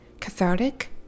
cathartic